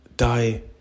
die